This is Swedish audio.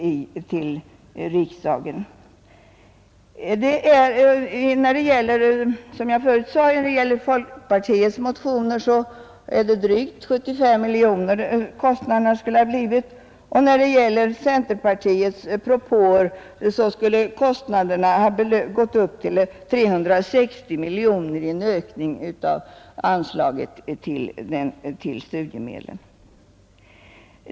Vad beträffar folkpartiets motioner skulle, som jag förut sade, kostnaderna ha blivit drygt 75 miljoner och när det gäller centerpartiets propåer skulle kostnaderna ha gått upp till 360 miljoner i ökning av anslaget till studiemedel.